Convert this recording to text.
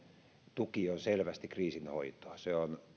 tuki on selvästi kriisinhoitoa se on